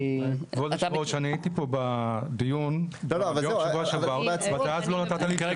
אני הייתי פה בדיון שבוע שעבר, ואז לא נתת לי.